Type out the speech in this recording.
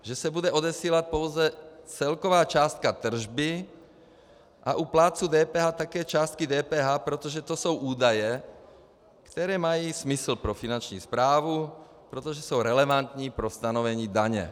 Že se bude odesílat pouze celková částka tržby a u plátců DPH také částky DPH, protože to jsou údaje, které mají smysl pro Finanční správu, protože jsou relevantní pro stanovení daně.